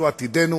שהוא עתידנו.